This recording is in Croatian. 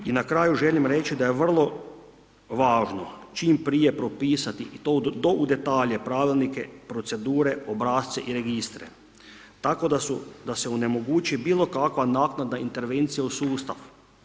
I na kraju želim reći da je vrlo važno čim prije propisati i to do u detalje pravilnike, procedure, obrasce i registre tako da se onemogući bilokakva naknadna intervencija u sustav.